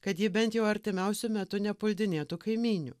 kad ji bent jau artimiausiu metu nepuldinėtų kaimynių